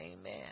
Amen